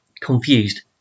confused